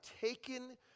taken